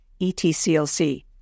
ETCLC